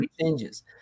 changes